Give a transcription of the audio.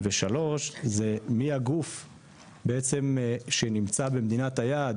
3. מי הגוף שנמצא במדינת היעד?